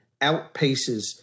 outpaces